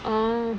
ah